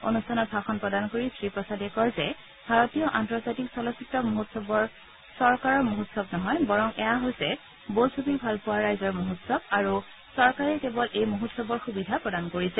অনুষ্ঠানত ভাষণ প্ৰদান কৰি শ্ৰীপ্ৰসাদে কয় যে ভাৰতীয় আন্তৰ্জাতিক চলচ্চিত্ৰ মহোৎসৱৰ চৰকাৰৰ মহোৎসৱ নহয় এয়া হৈছে বোলছবি ভালপোৱা ৰাইজৰ মহোৎসৱ আৰু চৰকাৰে কেৱল এই মহোৎসৱৰ সুবিধা প্ৰদান কৰিছে